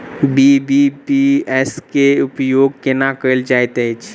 BBPS केँ उपयोग केना कएल जाइत अछि?